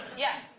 yeah.